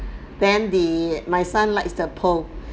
then the my son likes the pearl